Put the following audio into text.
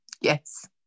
Yes